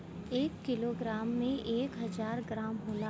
एक किलोग्राम में एक हजार ग्राम होला